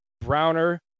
browner